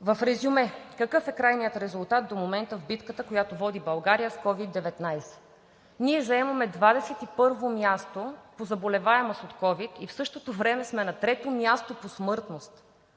В резюме: какъв е крайният резултат до момента в битката, която води България с COVID-19? Ние заемаме 21-во място по заболеваемост от ковид и в същото време сме на 3-то място по смъртност,